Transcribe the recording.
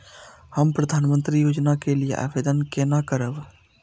हम प्रधानमंत्री योजना के लिये आवेदन केना करब?